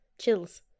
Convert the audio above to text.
Chills